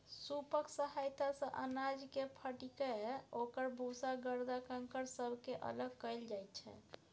सूपक सहायता सँ अनाजकेँ फटकिकए ओकर भूसा गरदा कंकड़ सबके अलग कएल जाइत छै